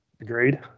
Agreed